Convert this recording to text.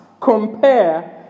compare